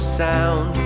sound